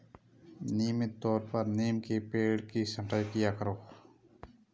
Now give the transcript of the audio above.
नियमित तौर पर नीम के पेड़ की छटाई किया करो